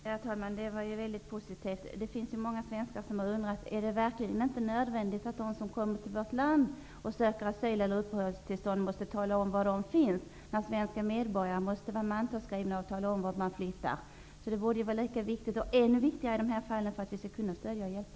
Herr talman! Det var väldigt positivt. Det finns många svenskar som undrat om det verkligen inte är nödvändigt för dem som kommer till vårt land och söker asyl eller uppehållstillstånd att tala om var de finns, när svenska medborgare måste vara mantalsskrivna och tala om vart man flyttar. Det är lika viktigt, och ändå viktigare, i dessa fall för att vi skall kunna stödja och hjälpa.